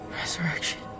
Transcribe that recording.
resurrection